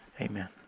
Amen